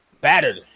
Battered